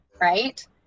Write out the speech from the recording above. right